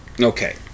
okay